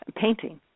painting